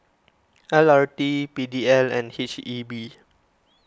L R T P D L and H E B